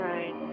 Right